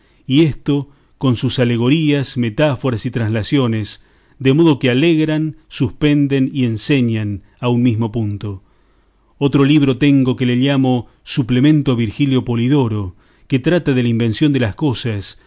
y esto con sus alegorías metáforas y translaciones de modo que alegran suspenden y enseñan a un mismo punto otro libro tengo que le llamo suplemento a virgilio polidoro que trata de la invención de las cosas